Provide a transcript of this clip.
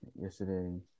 yesterday